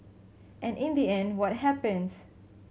and in the end what happens